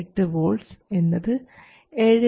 8 volts എന്നത് 7